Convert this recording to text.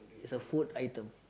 it's a food item